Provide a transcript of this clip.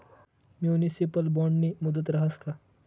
Municipal बॉन्डनी मुदत रहास का?